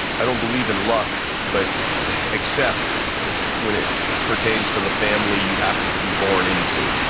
i don't believe in luck but except when it pertains to the family you happen to be born into.